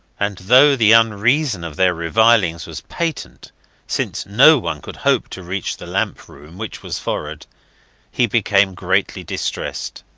and though the unreason of their revilings was patent since no one could hope to reach the lamp-room, which was forward he became greatly distressed.